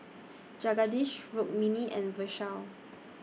Jagadish Rukmini and Vishal